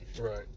Right